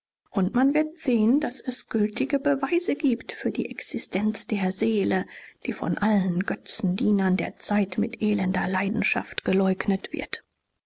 und man wird sehen daß es gültige beweise gibt für die existenz der seele die von allen götzendienern der zeit mit elender leidenschaft geleugnet wird